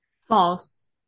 False